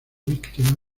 víctima